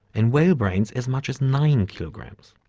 and whale brains as much as nine kilograms.